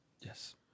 Yes